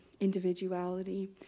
individuality